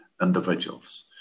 individuals